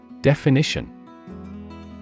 Definition